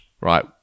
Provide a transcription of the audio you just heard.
right